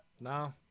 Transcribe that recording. no